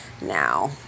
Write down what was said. Now